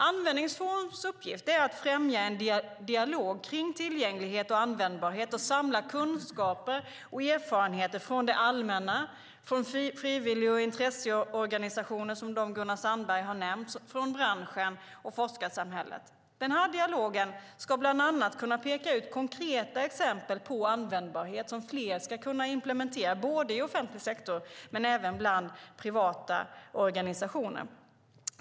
Användningsforums uppgift är att främja en dialog kring tillgänglighet och användbarhet och samla kunskaper och erfarenheter från det allmänna, från frivillig och intresseorganisationer, som de Gunnar Sandberg har nämnt, från branschen och forskarsamhället. Den dialogen ska bland annat kunna peka ut konkreta exempel på användbarhet som fler ska kunna implementera, både i offentlig sektor och bland privata organisationer.